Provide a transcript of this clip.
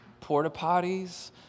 porta-potties